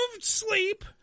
sleep